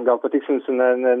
gal patikslinisiu ne ne